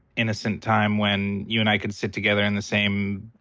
innocent time when you and i could sit together in the same,